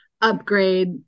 upgrade